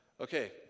Okay